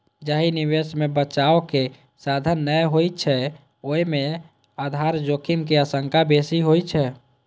जाहि निवेश मे बचावक साधन नै होइ छै, ओय मे आधार जोखिम के आशंका बेसी होइ छै